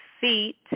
feet